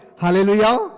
hallelujah